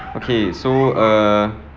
okay so err